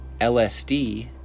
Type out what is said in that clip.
LSD